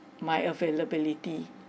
my availability